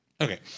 Okay